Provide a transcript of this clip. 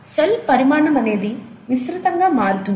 cell పరిమాణం అనేది విస్తృతంగా మారుతుంది